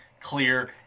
clear